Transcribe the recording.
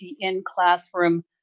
in-classroom